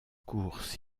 course